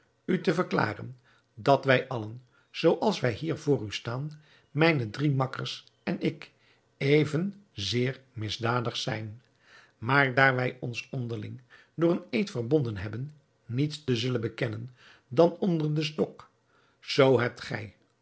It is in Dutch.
u te verklaren dat wij allen zooals wij hier voor u staan mijne drie makkers en ik even zeer misdadig zijn maar daar wij ons onderling door een eed verbonden hebben niets te zullen bekennen dan onder den stok zoo hebt gij